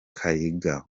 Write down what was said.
kaiga